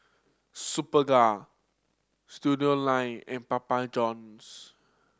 Superga Studioline and Papa Johns